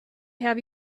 have